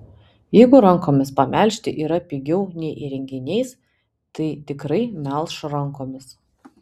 jeigu rankomis pamelžti yra pigiau nei įrenginiais tai tikrai melš rankomis